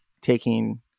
taking